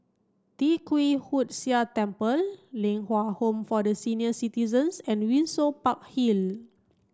Tee Kwee Hood Sia Temple Ling Kwang Home for the Senior Citizens and Windsor Park Hill